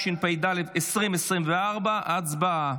התשפ"ד 2024. הצבעה.